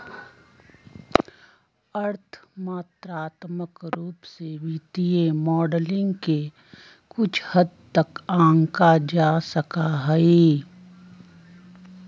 अर्थ मात्रात्मक रूप से वित्तीय मॉडलिंग के कुछ हद तक आंका जा सका हई